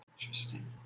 interesting